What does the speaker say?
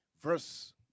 verse